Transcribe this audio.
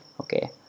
okay